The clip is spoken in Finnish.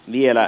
vielä